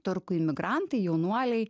turkų imigrantai jaunuoliai